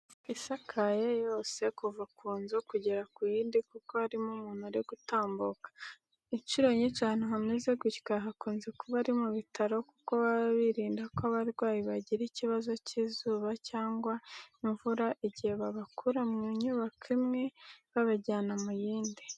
Inzira isakaye yose kuva ku nzu kugera ku yindi kuko harimo umuntu uri gutambuka. Inshuro nyinshi abantu hameze gutya hakunze ari mubitaro kuko baba birinda ko abarwayi bagira ikibazo k'izuba cyangwa imvura igihe babakura mu nyubako imwe babajyana mu yindi.